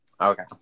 okay